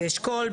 באשכול,